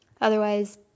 Otherwise